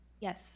Yes